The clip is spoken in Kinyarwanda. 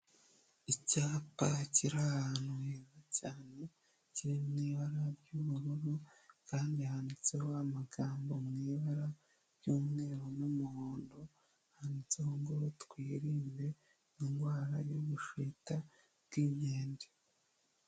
Icyapa kiri ahantu heza cyane, kiri mu ibara ry'ubururu kandi handitseho amagambo mu ibara ry'umweru n'umuhondo, handitseho ngo twirinde indwara y'ubushita bw'inkende.